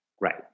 Right